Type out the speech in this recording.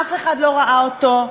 אף אחד לא ראה אותו.